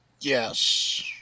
Yes